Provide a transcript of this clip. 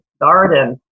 garden